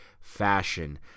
fashion